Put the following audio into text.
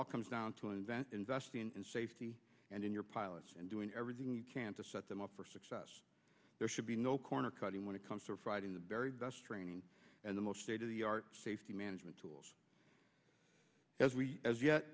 all comes down to invent investing in safety and in your pilots and doing everything you can to set them up for success there should be no corner cutting when it comes to writing the very best training and the most state of the art safety management tools as yet and yet